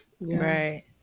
Right